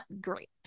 great